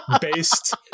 based